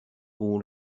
all